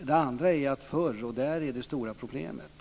En annan sak är att det förr, och detta är det stora problemet,